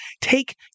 take